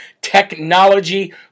Technology